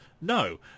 No